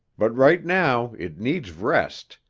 but right now it needs rest,